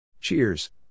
Cheers